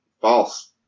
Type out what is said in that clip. False